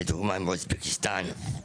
מאוזבקיסטן לדוגמה,